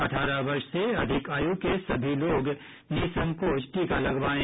अठारह वर्ष से अधिक आयु के सभी लोग निःसंकोच टीका लगवाएं